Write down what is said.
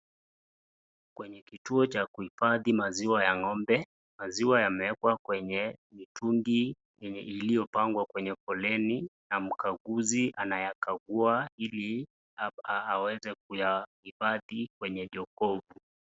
Kwenye kituo ya kuhifadhi maziwa ya ng'ombe, maziwa yamewekwa kwenye mitungi enye iliyopangwa kwenye foleni, na kukangua na mkanguzi anayekangua ili aweze kuyahifadhi kwenye jongoo.